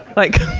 like,